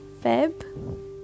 Feb